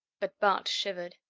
but bart shivered.